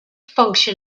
function